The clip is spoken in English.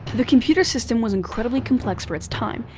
the computer system was incredibly complex for its time,